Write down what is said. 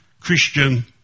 Christian